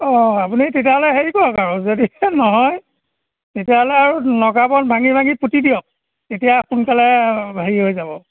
অঁ আপুনি তেতিয়াহ'লে হেৰি কৰক আৰু যদিহে নহয় তেতিয়াহ'লে আৰু নগাবন ভাঙি ভাঙি পুতি দিয়ক তেতিয়া সোনকালে হেৰি হৈ যাব